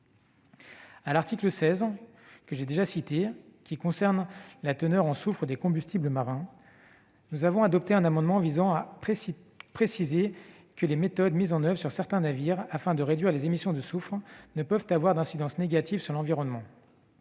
À l'article 16, que j'ai déjà cité, qui concerne la teneur en soufre des combustibles marins, nous avons adopté un amendement visant à préciser que les méthodes mises en oeuvre sur certains navires afin de réduire les émissions de soufre ne peuvent avoir d'incidence négative sur l'environnement.